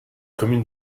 commune